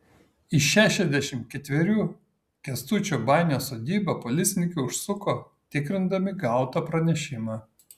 į šešiasdešimt ketverių kęstučio banio sodybą policininkai užsuko tikrindami gautą pranešimą